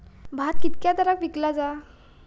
भात कित्क्या दरात विकला जा?